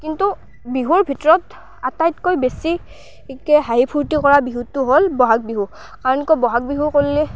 কিন্তু বিহুৰ ভিতৰত আটাইতকৈ বেছিকৈ হাঁহি ফূৰ্তি কৰা বিহুটো হ'ল বহাগ বিহু কাৰণ কিয় বহাগ বিহু কৰিলে